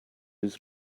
his